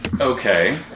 Okay